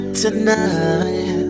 tonight